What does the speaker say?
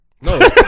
No